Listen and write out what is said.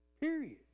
Period